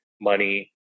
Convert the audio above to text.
money